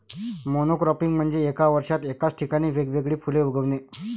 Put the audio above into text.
monocropping म्हणजे एका वर्षात एकाच ठिकाणी वेगवेगळी फुले उगवणे